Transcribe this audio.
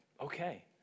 okay